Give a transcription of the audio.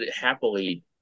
happily